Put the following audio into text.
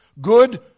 good